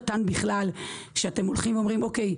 בתחילה הם באו לכאן ואמרו שהם לא יודעים ואין להם